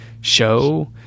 show